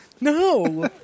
No